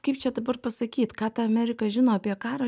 kaip čia dabar pasakyt ką ta amerika žino apie karą